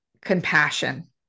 compassion